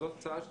זו ההצעה שלי,